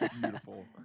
beautiful